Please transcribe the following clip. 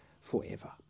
forever